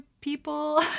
people